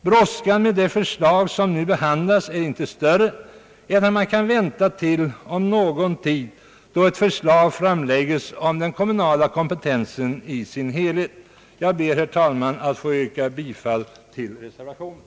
Brådskan med det förslag som nu behandlas är inte större än att man kan vänta tills ett förslag om någon tid framlägges beträffande den kommunala kompetensen i sin helhet. Jag ber, herr talman, att få yrka bifall till reservationen.